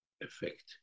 effect